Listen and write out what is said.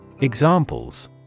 Examples